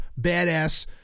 badass